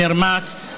שנרמס.